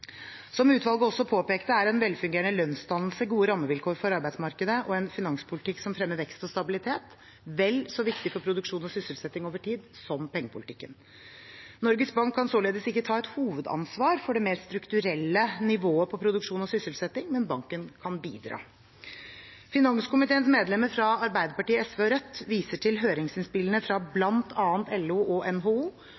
Som utvalget også påpekte, er en velfungerende lønnsdannelse, gode rammevilkår for arbeidsmarkedet og en finanspolitikk som fremmer vekst og stabilitet, vel så viktige for produksjon og sysselsetting over tid som pengepolitikken. Norges Bank kan således ikke ta et hovedansvar for det mer strukturelle nivået på produksjon og sysselsetting, men banken kan bidra. Finanskomiteens medlemmer fra Arbeiderpartiet, SV og Rødt viser til høringsinnspillene fra